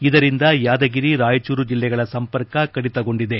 ಇದರಿಂದ ಯಾದಗಿರಿ ರಾಯಚೂರು ಜಿಲ್ಲೆಗಳ ಸಂಪರ್ಕ ಕಡಿತಗೊಂಡಿದೆ